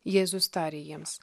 jėzus tarė jiems